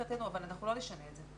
לא נשנה את זה.